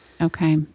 okay